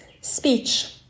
speech